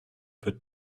but